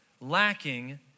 lacking